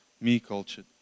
me-cultured